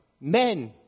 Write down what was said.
Men